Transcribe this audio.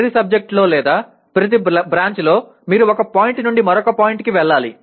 ప్రతి సబ్జెక్టులో లేదా ప్రతి బ్రాంచ్లో మీరు ఒక పాయింట్ నుండి మరొక పాయింట్కి వెళ్ళాలి